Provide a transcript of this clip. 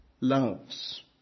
loves